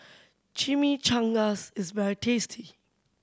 Chimichangas is very tasty